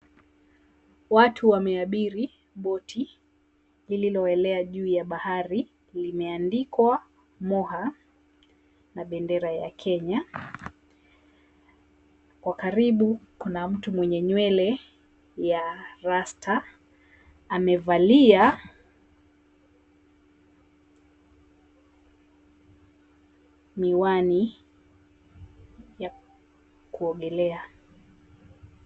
Watu wameabiri boti lililoelea juu ya bahari limeandikwa, Moha, na bendera ya Kenya. Kwa karibu kuna mtu mwenye nywele ya rasta, amevalia miwani ya kuogelea.